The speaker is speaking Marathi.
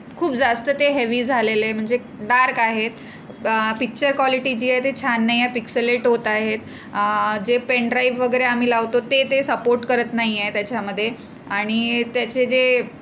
खूप जास्त ते हेवी झालेले म्हणजे डार्क आहेत पिच्चर क्वालिटी जी आहे ती छान नाही आहे पिक्सलेट होत आहेत जे पेन ड्राईव वगैरे आम्ही लावतो ते ते सपोट करत नाही आहे त्याच्यामध्ये आणि त्याचे जे